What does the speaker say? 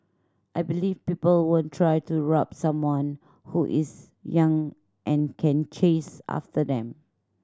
I believe people won't try to rob someone who is young and can chase after them